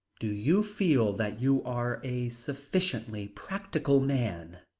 do you feel that you are a sufficiently practical man?